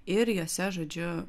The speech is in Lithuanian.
ir jose žodžiu